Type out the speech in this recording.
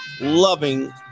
Loving